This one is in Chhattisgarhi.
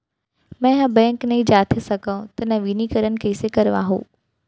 मैं ह बैंक नई जाथे सकंव त नवीनीकरण कइसे करवाहू?